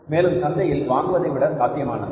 மேலும் சந்தையில் வாங்குவதைவிட சாத்தியமானது